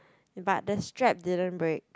but the strap didn't break